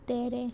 तेरे